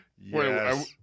yes